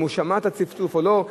אם הוא שמע את הצפצוף או לא,